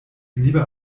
lieber